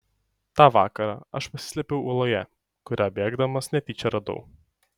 tą vakarą aš pasislėpiau uoloje kurią bėgdamas netyčia radau